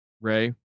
Ray